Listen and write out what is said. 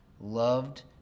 loved